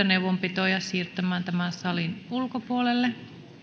neuvonpidot salin ulkopuolelle